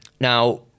Now